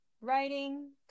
writing